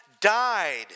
died